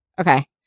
okay